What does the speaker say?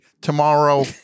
Tomorrow